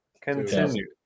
Continue